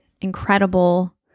incredible